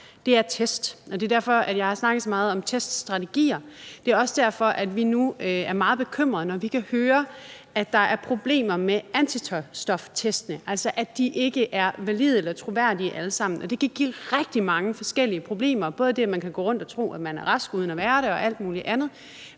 vej er test, og det er derfor, jeg har snakket så meget om teststrategier. Det er også derfor, vi nu er meget bekymrede, når vi kan høre, at der er problemer med antistoftestene, altså at ikke alle sammen er valide eller troværdige. Det kan give rigtig mange forskellige problemer: Både det, at man kan gå rundt og tro, at man er rask uden at være det og alt muligt andet,